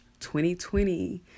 2020